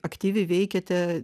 aktyviai veikiate